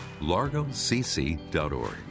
largocc.org